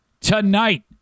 tonight